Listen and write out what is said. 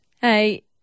Hey